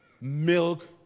milk